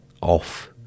off